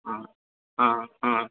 हँ हँ हँ